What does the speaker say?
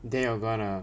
then you're gonna